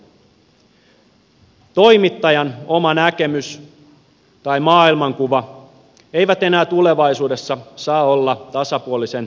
toimittajan oma näkemys tai maailmankuva ei enää tulevaisuudessa saa olla tasapuolisen tiedonvälityksen este